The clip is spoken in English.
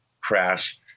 crash